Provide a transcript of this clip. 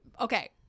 okay